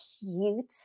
Cute